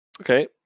Okay